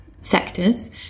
sectors